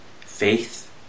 faith